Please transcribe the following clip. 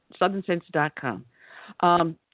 SouthernSense.com